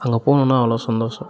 அங்கே போணுனால் அவ்வளோ சந்தோஷம்